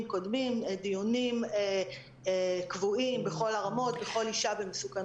קודמים - דיונים קבועים בכל הרמות לגבי כל אישה במסוכנות גבוהה.